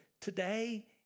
today